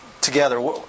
together